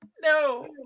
No